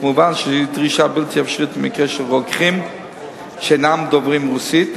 כמובן זו דרישה בלתי אפשרית במקרה של רוקחים שאינם דוברים רוסית,